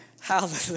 Hallelujah